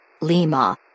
Lima